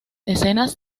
escenas